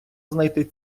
знайти